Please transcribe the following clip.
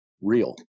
real